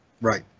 Right